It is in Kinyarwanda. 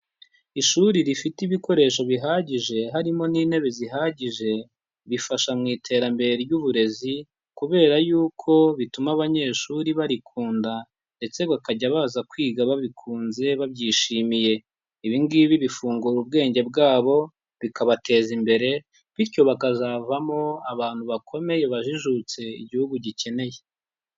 Ishuri rifite ibikoresho bihagije harimo n'intebe zihagije, bifasha mu iterambere ry'uburezi kubera yuko bituma abanyeshuri barikunda ndetse bakajya baza kwiga babikunze babyishimiye. Ibi ngibi bifungura ubwenge bwabo bikabateza imbere, bityo bakazavamo abantu bakomeye bajijutse, Igihugu gikeneye.